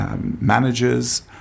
managers